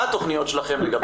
מה התכניות שלכם לגבי